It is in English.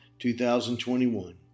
2021